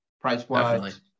price-wise